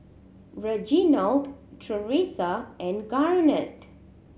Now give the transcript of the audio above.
Reginald Tresa and Garnet